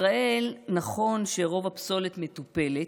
נכון שבישראל רוב הפסולת מטופלת,